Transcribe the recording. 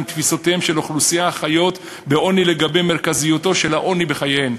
תפיסותיהן של אוכלוסיות החיות בעוני לגבי מרכזיותו של העוני בחייהן,